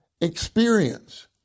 experience